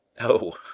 Oh